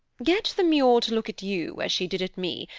get the muir to look at you, as she did at me,